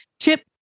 Chip